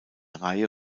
reihe